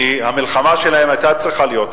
כי המלחמה שלהם היתה צריכה להיות,